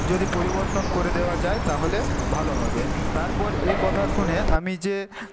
যদি পরিবর্তন করে দেওয়া যায় তাহলে ভালো হবে তারপর এ কথা শুনে আমি যেয়ে